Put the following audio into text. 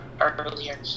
earlier